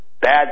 bad